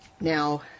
Now